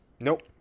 Nope